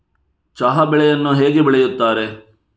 ಚಹಾ ಬೆಳೆಯನ್ನು ಹೇಗೆ ಬೆಳೆಯುತ್ತಾರೆ?